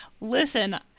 Listen